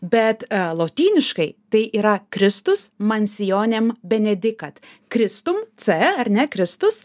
bet lotyniškai tai yra kristus mansijonėm benedikat kristum c ar ne kristus